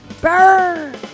Burn